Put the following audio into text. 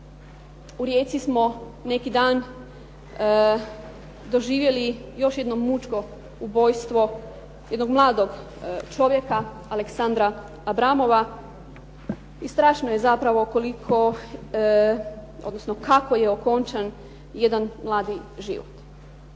u Rijeci smo neki dan doživjeli još jedno mučko ubojstvo, jednog mladog čovjeka Aleksandra Abramova. I strašno je zapravo kako je okončan jedan mladi život.